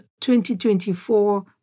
2024